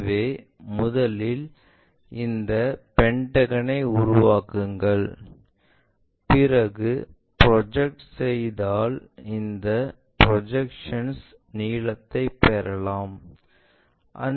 எனவே முதலில் இந்த பென்டகனை உருவாக்குங்கள் பிறகு ப்ரொஜெக்ட் செய்தாள் இந்த ப்ரொஜெக்ஷன்ஸ் நீளத்தைப் பெறலாம்